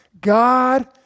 God